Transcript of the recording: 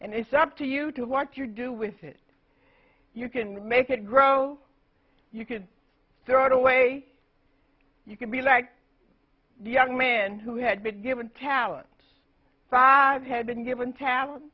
and it's up to you to what you do with it you can make it grow you can throw it away you can be like the young men who had been given talent five had been given talent